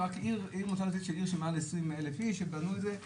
אנחנו יודעים שלא מעט אנשים בישראל צורכים את הכשרות הזאת.